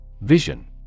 Vision